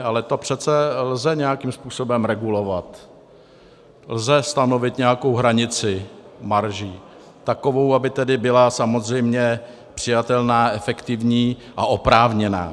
Ale to přece lze nějakým způsobem regulovat, lze stanovit nějakou hranici marží, takovou, aby byla samozřejmě přijatelná, efektivní a oprávněná.